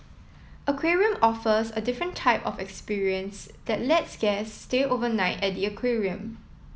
aquarium offers a different type of experience that lets guests stay overnight at the aquarium